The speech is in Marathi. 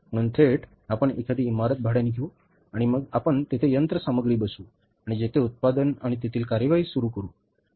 म्हणून थेट आपण एखादी इमारत भाड्याने घेऊ आणि मग आपण तिथे यंत्रसामग्री बसवू आणि तेथे उत्पादन आणि तेथील कार्यवाही सुरू करू बरोबर